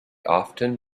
often